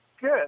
Good